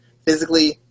physically